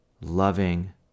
loving